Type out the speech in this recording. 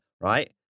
right